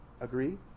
agree